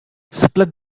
split